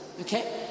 okay